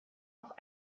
auch